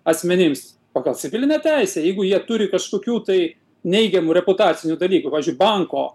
asmenims pagal civilinę teisę jeigu jie turi kažkokių tai neigiamų reputacinių dalykų pavyzdžiui banko